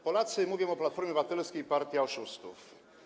Polacy mówią o Platformie Obywatelskiej: partia oszustów.